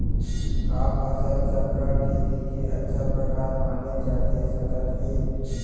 का फसल चक्रण, खेती के अच्छा प्रकार माने जाथे सकत हे?